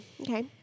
Okay